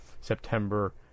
September